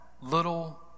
little